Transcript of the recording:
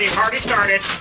hardly started.